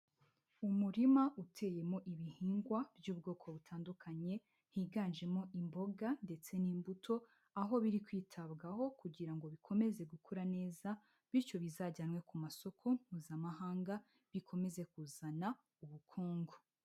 Umurima uteyemo ibihingwa by'ubwoko butandukanye, higanjemo imboga ndetse n'imbuto, aho biri kwitabwaho kugira ngo bikomeze gukura neza, bityo bizajyanwe ku masoko mpuzamahanga bikomeze kuzana ubukungu.